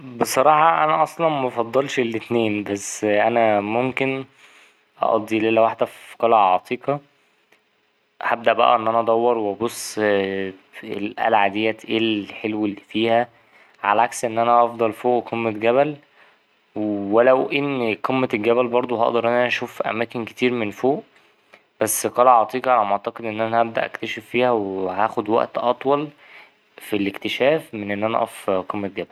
بصراحة أنا أصلا مفضلش الأتنين بس أنا ممكن أقضي ليلة واحدة في قلعة عتيقة هبدأ بقي إن أنا أدور وأبص في القلعة دي ايه الحلو اللي فيها على عكس إن أفضل فوق قمة جبل ولو إن قمة الجبل بردو هقدر إن أنا أشوف أماكن كتير من فوق بس قلعة عتيقة على ما اعتقد إن أنا هبدأ أكتشف فيها وهاخد وقت أطول في الإكتشاف من أنا أقف قمة جبل.